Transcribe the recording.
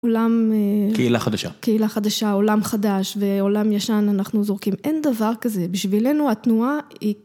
קהילה חדשה, עולם חדש ועולם ישן אנחנו זורקים אין דבר כזה בשבילנו התנועה היא